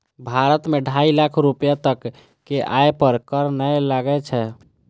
भारत मे ढाइ लाख रुपैया तक के आय पर कर नै लागै छै